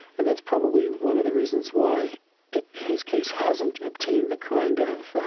and that's probably one of the reasons why his case hasn't obtained the kind of